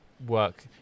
work